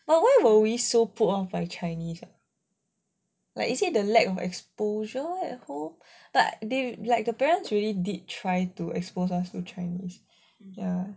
but why were we so put off by chinese ah is it the lack of exposure at home but they like the parents really did try to expose us to chinese ya